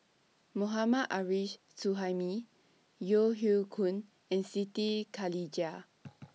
Mohammad Arif Suhaimi Yeo Hoe Koon and Siti Khalijah